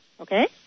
Okay